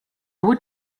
would